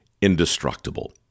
indestructible